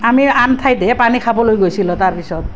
আমি আন ঠাইত হে পানী খাবলৈ গৈছিলোঁ তাৰ পিছত